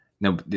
No